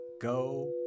go